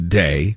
day